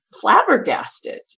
flabbergasted